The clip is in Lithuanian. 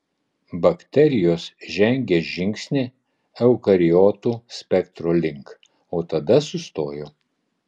bakterijos žengė žingsnį eukariotų spektro link o tada sustojo